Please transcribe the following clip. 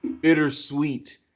bittersweet